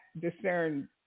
discern